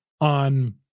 on